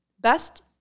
Best